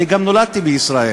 אני גם נולדתי בישראל,